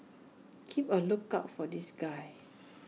keep A lookout for this guy